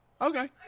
Okay